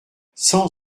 cent